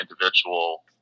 individual